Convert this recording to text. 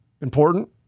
important